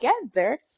together